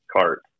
cart